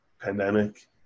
pandemic